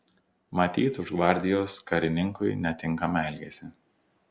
matyt už gvardijos karininkui netinkamą elgesį